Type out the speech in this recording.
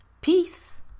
peace